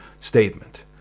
statement